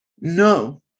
No